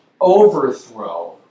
overthrow